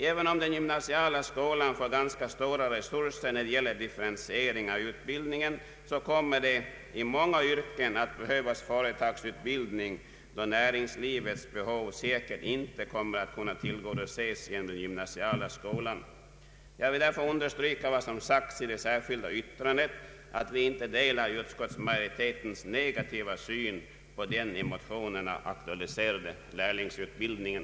Även om den gymnasiala skolan får ganska stora resurser när det gäller differentiering av utbildningen, kommer det dock i många yrken att behövas företagsutbildning, då näringslivets behov säkert inte kommer att kunna tillgodoses genom den gymnasiala skolan. Jag vill därför understryka vad som sagts i det särskilda yttrandet, nämligen att vi inte delar utskottsmajoritetens negativa syn på den i motionerna aktualiserade lärlingsutbildningen.